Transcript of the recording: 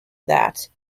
that